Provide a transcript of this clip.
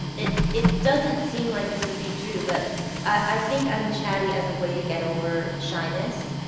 it it doesn't seem like this would be true, but i think i'm chatty as a way to get over shyness.